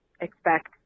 expect